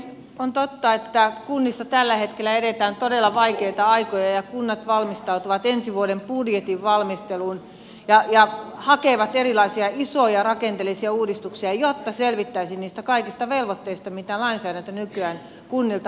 on totta että kunnissa tällä hetkellä eletään todella vaikeita aikoja ja kunnat valmistautuvat ensi vuoden budjetin valmisteluun ja hakevat erilaisia isoja rakenteellisia uudistuksia jotta selvittäisiin niistä kaikista velvoitteista mitä lainsäädäntö nykyään kunnilta odottaa